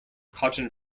cotton